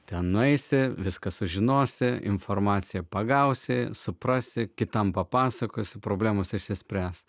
ten nueisi viską sužinosi informaciją pagausi suprasi kitam papasakosiu problemos išsispręs